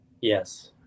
yes